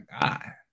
god